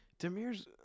Demir's